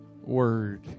word